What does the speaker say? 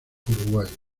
uruguay